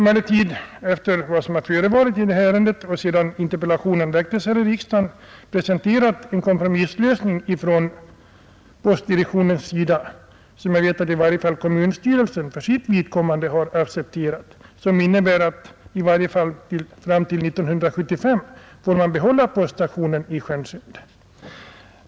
Efter vad som förevarit i det här ärendet och sedan interpellationen framställdes i riksdagen har postdirektionen presenterat en kompromisslösning som jag vet att i varje fall kommunstyrelsen för sitt vidkommande har accepterat och som innebär att man får behålla poststationen i Stjärnsund åtminstone fram till 1975.